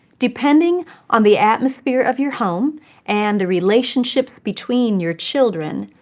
depending on the atmosphere of your home and the relationships between your children,